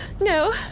No